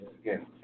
Again